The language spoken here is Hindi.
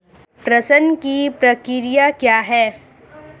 प्रेषण की प्रक्रिया क्या है?